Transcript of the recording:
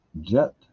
jet